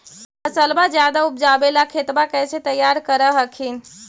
फसलबा ज्यादा उपजाबे ला खेतबा कैसे तैयार कर हखिन?